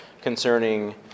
concerning